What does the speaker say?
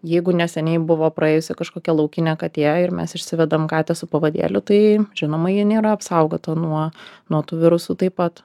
jeigu neseniai buvo praėjusi kažkokia laukinė katė ir mes išsivedam katę su pavadėliu tai žinoma ji nėra apsaugota nuo nuo tų virusų taip pat